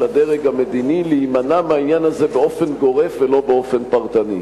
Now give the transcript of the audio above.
הדרג המדיני להימנע מהעניין הזה באופן גורף ולא באופן פרטני.